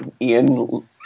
Ian